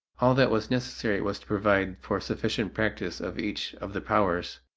all that was necessary was to provide for sufficient practice of each of the powers.